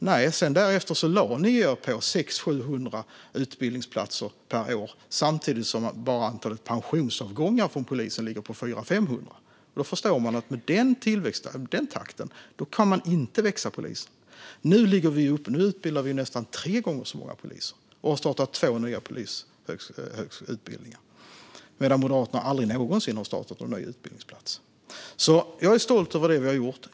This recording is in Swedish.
Nej, därefter lade de sig på 600-700 utbildningsplatser per år, samtidigt som bara antalet pensionsavgångar från polisen låg på 400-500. Med den takten förstår man att polisen inte kan växa. Nu utbildar vi nästan tre gånger så många poliser och har startat polisutbildningar på två nya platser, medan Moderaterna aldrig någonsin har startat någon ny utbildningsplats. Jag är stolt över det vi har gjort.